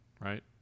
right